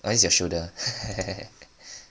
oh this your shoulder ah